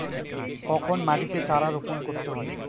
কখন মাটিতে চারা রোপণ করতে হয়?